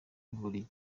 buri